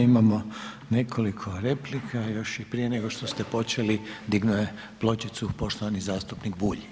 Imamo nekoliko replika, i još i prije nego što ste počeli dignuti pločicu, poštovani zastupnik Bulj.